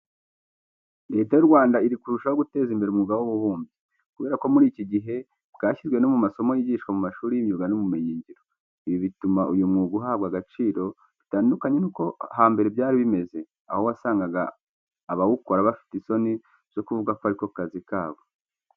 Leta y'u Rwanda iri kurushaho guteza imbere umwuga w'ububumbyi. Kubera ko muri iki gihe bwashyizwe no mu masomo yigishwa mu mashuri y'imyuga n'ubumenyingiro. Ibi bituma uyu mwuga uhabwa agaciro bitandukanye nuko hambere byari bimeze, aho wasangaga abawukora bafite isoni zo kuvuga ko ari ko kazi kabo.